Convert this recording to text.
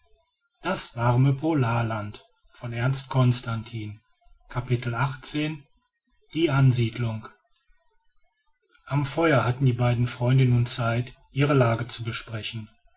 ernst constantin am feuer hatten die beiden freunde nun zeit ihre lage zu besprechen